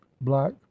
black